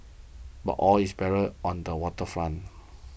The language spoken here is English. but all is barren on the Water Front